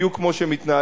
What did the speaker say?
בדיוק כמו שמתנהלים,